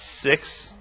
six